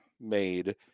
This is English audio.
made